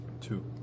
Two